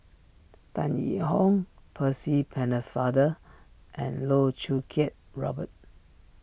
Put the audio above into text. Tan Yee Hong Percy Pennefather and Loh Choo Kiat Robert